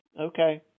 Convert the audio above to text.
Okay